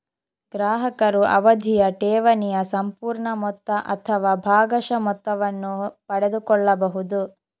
ಗ್ರಾಹಕರು ಅವಧಿಯ ಠೇವಣಿಯ ಸಂಪೂರ್ಣ ಮೊತ್ತ ಅಥವಾ ಭಾಗಶಃ ಮೊತ್ತವನ್ನು ಪಡೆದುಕೊಳ್ಳಬಹುದು